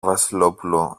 βασιλόπουλο